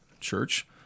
church